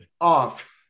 off